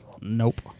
Nope